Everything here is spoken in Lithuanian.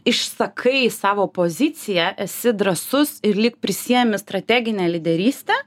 išsakai savo poziciją esi drąsus ir lyg prisiemi strateginę lyderystę